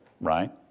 right